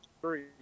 three